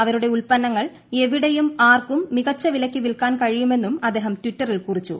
അവരുടെ ഉൽപന്നങ്ങൾ എവിടെയും ആർക്കും മികച്ച വിലക്ക് വിൽക്കാൻ കഴിയുമെന്നും അദ്ദേഹം ട്വിറ്ററിൽ കുറിച്ചു